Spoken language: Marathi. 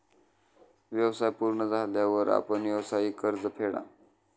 व्यवसाय पूर्ण झाल्यावर आपण व्यावसायिक कर्ज फेडा